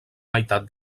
meitat